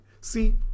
See